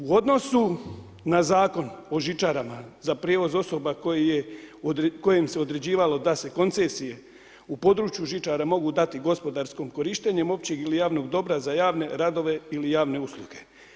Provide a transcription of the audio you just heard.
U odnosu na Zakon o žičarama za prijevoz osoba kojim se određivalo da se koncesije u području žičare mogu dati gospodarskom korištenjem općeg ili javnog dobra za javne radove ili javne usluge.